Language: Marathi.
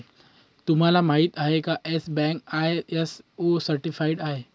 तुम्हाला माहिती आहे का, येस बँक आय.एस.ओ सर्टिफाइड आहे